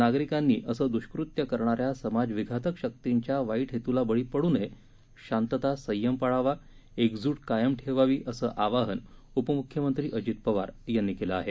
नागरिकांनी असं दुष्कृत्य करणाऱ्या समाजविघातक शक्तींच्या वाईट हेतूला बळी पडू नये शांतता संयम पाळावा एकजूट कायम ठेवावी असं आवाहन उपमुख्यमंत्री अजित पवार यांनी केलं आहे